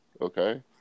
Okay